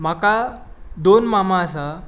म्हाका दोन मामा आसा